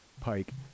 Pike